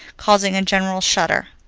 causing a general shudder.